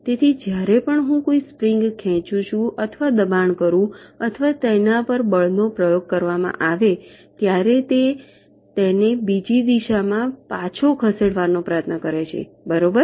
તેથી જ્યારે પણ હું કોઈ સ્પ્રિંગ ખેંચું અથવા દબાણ કરું અથવા તેના પર બળનો પ્રયોગ કરવામાં આવે ત્યારે તે તેને બીજી દિશામાં પાછો ખસેડવાનો પ્રયત્ન કરે છે બરાબર